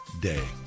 day